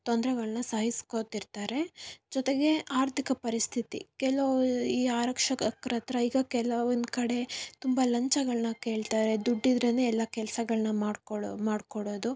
ತೊಂದ್ರೆಗಳನ್ನ ಸಹಿಸ್ಕೋತಿರ್ತಾರೆ ಜೊತೆಗೆ ಆರ್ಥಿಕ ಪರಿಸ್ಥಿತಿ ಕೆಲವು ಈ ಆರಕ್ಷಕರತ್ತಿರ ಈಗ ಕೆಲವೊಂದು ಕಡೆ ತುಂಬ ಲಂಚಗಳನ್ನ ಕೇಳ್ತಾರೆ ದುಡ್ಡಿದ್ರೇ ಎಲ್ಲ ಕೆಲಸಗಳ್ನ ಮಾಡ್ಕೊಳ್ಳೋ ಮಾಡಿಕೊಡೋದು